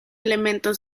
elemento